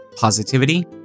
positivity